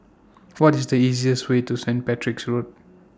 What IS The easiest Way to Saint Patrick's Road